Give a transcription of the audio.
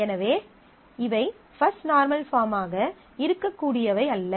எனவே இவை first normal பாஃர்மாக இருக்கக்கூடியவை அல்ல